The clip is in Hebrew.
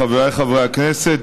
חבריי חברי הכנסת,